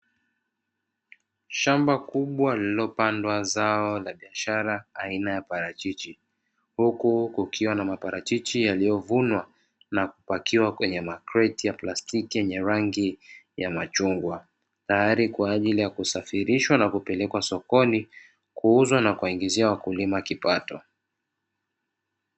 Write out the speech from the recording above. Shamba kubwa lililopandwa zao la biashara aina ya parachichi. Huku kukiwa na maparachichi yaliyovunwa na kupakiwa kwenye makreti ya plastiki yenye rangi ya machungwa, tayari kwa ajili ya kusafirishwa na kupelekwa sokoni kuuzwa na kuwaingizia wakulima kipato.